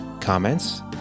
Comments